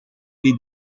dei